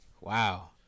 wow